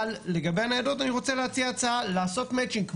אני רוצה להציע לעשות מטצ'ינג לגבי הניידות.